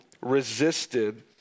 resisted